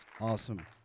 awesome